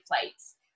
flights